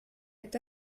est